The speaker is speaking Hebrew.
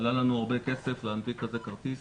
עלה לנו הרבה כסף להנפיק כזה כרטיס.